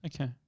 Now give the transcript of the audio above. Okay